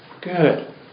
good